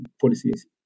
policies